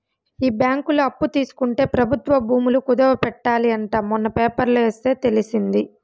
ఈ బ్యాంకులో అప్పు తీసుకుంటే ప్రభుత్వ భూములు కుదవ పెట్టాలి అంట మొన్న పేపర్లో ఎస్తే తెలిసింది